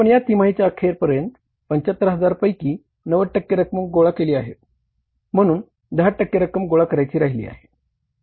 आपण या तिमाहीच्या अखेरपर्यंत 75000 पैकी 90 टक्के रक्कम गोळा केली आहे म्हणून 10 टक्के रक्कम गोळा करायची राहिली आहे